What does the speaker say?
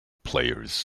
players